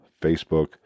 Facebook